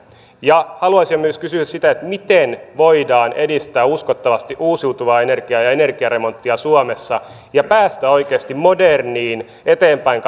ja haluaisin myös kysyä sitä miten voidaan edistää uskottavasti uusiutuvaa energiaa ja ja energiaremonttia suomessa ja päästä oikeasti moderniin eteenpäin